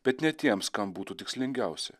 bet ne tiems kam būtų tikslingiausia